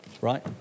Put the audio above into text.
right